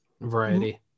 Variety